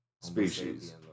species